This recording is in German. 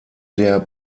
der